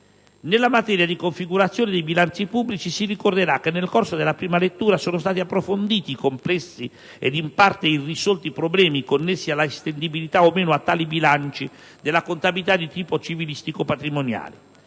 dei criteri di configurazione dei bilanci pubblici si ricorderà che nel corso della prima lettura sono stati approfonditi i complessi e in parte irrisolti problemi connessi alla estendibilità o meno a tali bilanci della contabilità di tipo civilistico-patrimoniale: